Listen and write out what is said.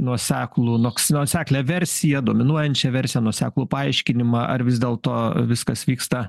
nuoseklų noks nuoseklią versiją dominuojančią versiją nuoseklų paaiškinimą ar vis dėlto viskas vyksta